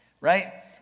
Right